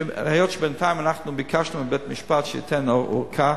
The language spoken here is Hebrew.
היות שבינתיים ביקשנו מבית-משפט שייתן ארכה,